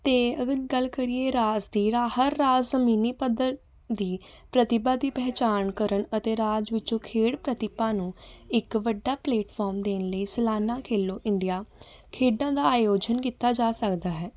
ਅਤੇ ਅਗਰ ਗੱਲ ਕਰੀਏ ਰਾਜ ਦੀ ਹਰ ਰਾਜ ਜ਼ਮੀਨੀ ਪੱਧਰ ਦੀ ਪ੍ਰਤਿਭਾ ਦੀ ਪਹਿਚਾਣ ਕਰਨ ਅਤੇ ਰਾਜ ਵਿੱਚੋਂ ਖੇਡ ਪ੍ਰਤਿਭਾ ਨੂੰ ਇੱਕ ਵੱਡਾ ਪਲੇਟਫੋਮ ਦੇਣ ਲਈ ਸਲਾਨਾ ਖੇਲੋ ਇੰਡੀਆ ਖੇਡਾਂ ਦਾ ਆਯੋਜਨ ਕੀਤਾ ਜਾ ਸਕਦਾ ਹੈ